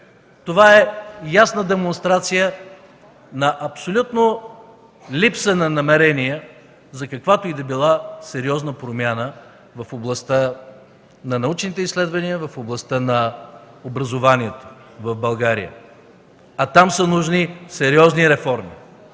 Това е ясна демонстрация на абсолютна липса на намерение за каквато и да била сериозна промяна в областта на научните изследвания, в областта на образованието в България, а там са нужни сериозни реформи,